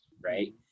Right